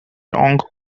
tong